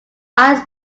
eyes